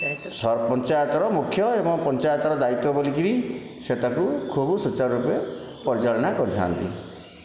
ପଞ୍ଚାୟତର ମୁଖ୍ୟ ଏବଂ ପଞ୍ଚାୟତର ଦାୟିତ୍ଵ ବୋଲିକିରି ସେ ତାକୁ ଖୁବ ସୂଚାରୁ ରୂପେ ପରିଚାଳନା କରିଥାନ୍ତି